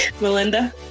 Melinda